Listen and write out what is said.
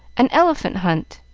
an elephant-hunt,